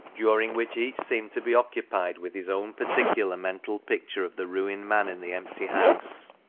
during which each seemed to be occupied with his own particular mental picture of the ruined man in the empty house.